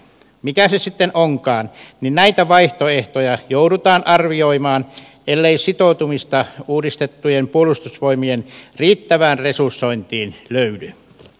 mikä se sitten onkaan näitä vaihtoehtoja joudutaan arvioimaan ellei sitoutumista uudistettujen puolustusvoimien riittävään resursointiin löydy